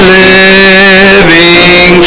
living